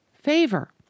favor